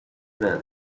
well